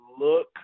look